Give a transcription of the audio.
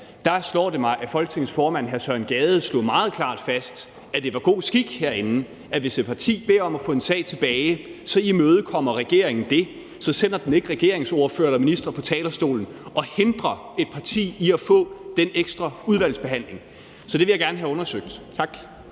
slår det mig, at Folketingets formand, hr. Søren Gade, meget klart slog fast, at det var god skik herinde, at hvis et parti beder om at få en sag tilbage, så imødekommer regeringen det; så sender den ikke regeringsordførere eller ministre på talerstolen og hindrer et parti i at få den ekstra udvalgsbehandling. Så det vil jeg gerne have undersøgt. Tak.